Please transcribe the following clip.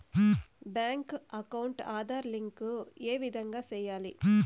Bank account Aadhaar link ఏ విధంగా సెయ్యాలి?